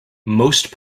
most